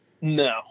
No